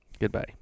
goodbye